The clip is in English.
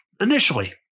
initially